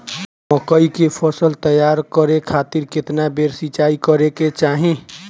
मकई के फसल तैयार करे खातीर केतना बेर सिचाई करे के चाही?